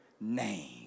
name